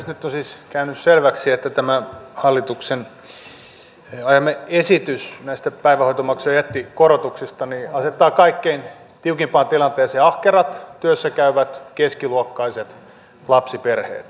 nyt on siis käynyt selväksi että tämä hallituksen ajama esitys näistä päivähoitomaksujen jättikorotuksista asettaa kaikkein tiukimpaan tilanteeseen ahkerat työssäkäyvät keskiluokkaiset lapsiperheet